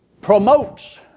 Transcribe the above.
promotes